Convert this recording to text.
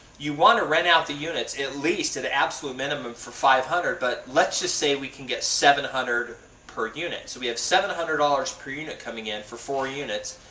you want to rent out the units at least to the absolute minimum for five hundred but let s just say we can get seven hundred per unit. so we had seven hundred dollars per unit coming in for four units.